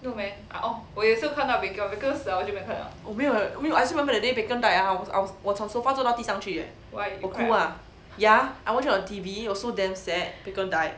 I still remember the day baek hyun died ah I was I was 我从 sofa 做到地上去 leh 我哭 lah ya I watch it on T_V it was so damn sad baek hyun died